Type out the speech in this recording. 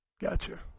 Gotcha